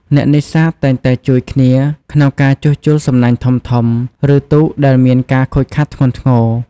អ្នកនេសាទតែងតែជួយគ្នាក្នុងការជួសជុលសំណាញ់ធំៗ ឬទូកដែលមានការខូចខាតធ្ងន់ធ្ងរ។